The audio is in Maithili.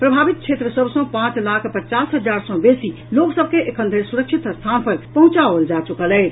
प्रभावित क्षेत्र सभ सँ पांच लाख पचास हजार सँ बेसी लोक सभ के एखन धरि सुरक्षित स्थान पर पहुंचाओल जा चुकल अछि